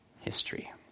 history